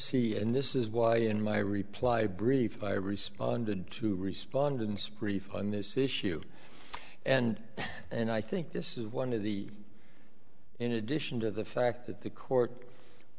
see and this is why in my reply brief i responded to responded in sprit find this issue and and i think this is one of the in addition to the fact that the court